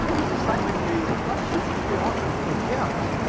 but this is something we we often forget,